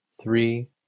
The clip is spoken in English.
three